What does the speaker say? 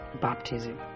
baptism